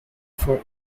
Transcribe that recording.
for